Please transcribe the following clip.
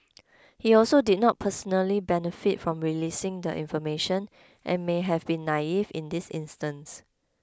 he also did not personally benefit from releasing the information and may have been naive in this instance